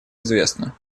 известна